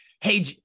Hey